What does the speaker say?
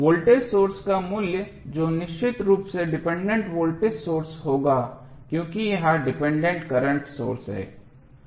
voltage source का मूल्य जो निश्चित रूप से डिपेंडेंट वोल्टेज सोर्स होगा क्योंकि यह डिपेंडेंट करंट सोर्स है